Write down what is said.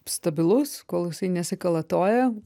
stabilus kol jisai nesikalatoja